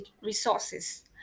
resources